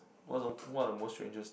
what's the what are the most strangest